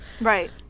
Right